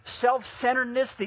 self-centeredness